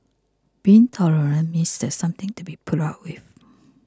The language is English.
being tolerant means there's something to be put up with